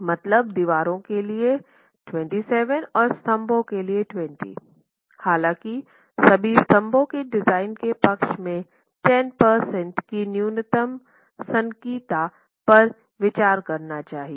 मतलब दीवारों के लिए 27 और स्तंभों के लिए 20 हालाँकि सभी स्तंभों के डिजाइनों को पक्ष के 10 प्रतिशत की न्यूनतम सनकीता पर विचार करना चाहिए